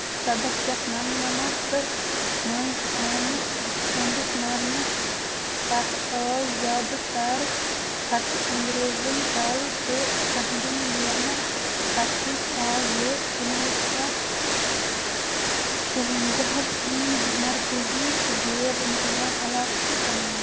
سداہ شَتھ نَمنَمَتھس منٛز آمہِ سٔنٛدِس مرنَس پتہٕ آو زیادٕ تَر خطہٕ انگریزَن تَل تہٕ تہنٛدیٚن نیرنَن پتہٕ کِنۍ آو یہِ کُنہٕ وُہ شَتھ شُوَنزاہَس منٛز مرکٔزی زیر انتظام علاقہٕ بناو